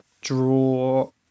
draw